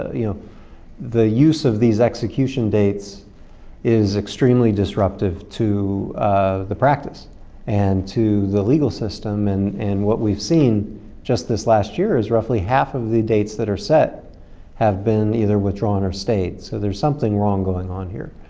ah you know the use of these execution dates is extremely disruptive to the practice and to the legal system. and and what we've seen just this last year is roughly half of the dates that are set have been either withdrawn or stayed. so there's something wrong going on here.